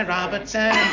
Robertson